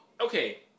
Okay